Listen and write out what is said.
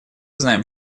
знаем